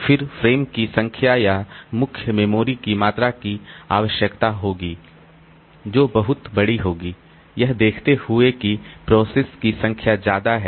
फिर फ़्रेम की संख्या या मुख्य मेमोरी की मात्रा की आवश्यकता होगी जो बहुत बड़ी होगी यह देखते हुए कि प्रोसेस की संख्या ज्यादा है